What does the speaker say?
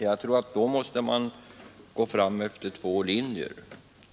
Fru talman! Jag tror att man då måste gå fram efter två linjer.